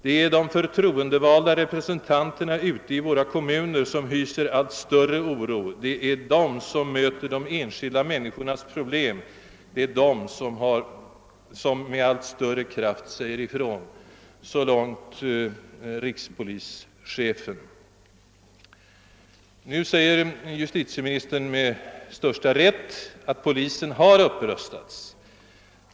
Det är de förtroendevalda representanterna ute i våra kommuner som hyser allt större oro, det är de som möter de enskilda människornas problem, det är de som med allt större kraft säger ifrån.» Så långt rikspolischefen. Nu säger justitieministern med största rätt att polisen har upprustats.